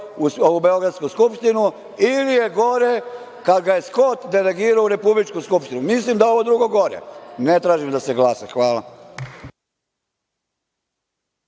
u beogradsku Skupštinu ili je gore kada ga je Skot delegirao u republičku Skupštinu. Mislim da je ovo drugo gore. Ne tražim da se glasa. Hvala.